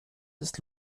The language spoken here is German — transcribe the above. ist